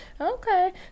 okay